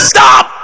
Stop